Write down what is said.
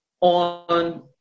on